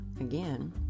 again